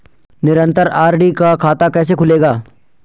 निरन्तर आर.डी का खाता कैसे खुलेगा?